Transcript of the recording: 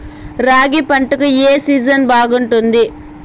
రాగి పంటకు, ఏ సీజన్ బాగుంటుంది?